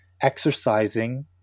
exercising